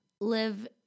live